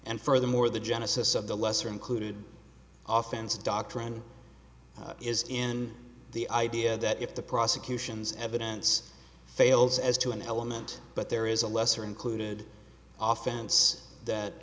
and furthermore the genesis of the lesser included offense doctrine is in the idea that if the prosecution's evidence fails as to an element but there is a lesser included offense that